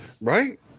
Right